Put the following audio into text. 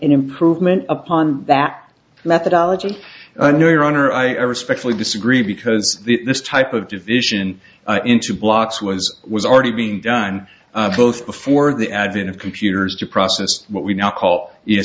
an improvement upon that methodology and no your honor i respectfully disagree because this type of division in two blocks was was already being done both before the advent of computers to process what we now call